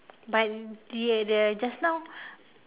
but they the just now